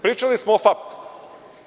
Pričali smo o FAP-u.